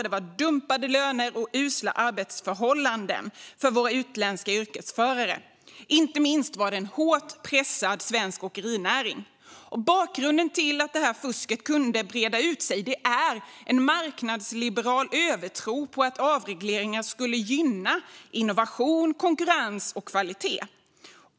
Det var dumpade löner och usla arbetsförhållanden för utländska yrkesförare. Inte minst var det en hårt pressad svensk åkerinäring. Bakgrunden till att fusket kunde breda ut sig är en marknadsliberal övertro på att avregleringar skulle gynna innovation, konkurrens och kvalitet.